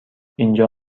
اینجا